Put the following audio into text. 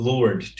Lord